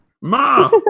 Ma